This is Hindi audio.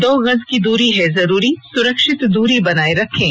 दो गज की दूरी है जरूरी सुरक्षित दूरी बनाए रखें